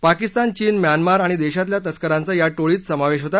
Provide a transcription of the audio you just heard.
पाकिस्तान चीन म्यानमार आणि देशातल्या तस्करांचा या टोळीत समावेश होता